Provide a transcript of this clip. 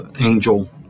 angel